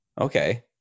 Okay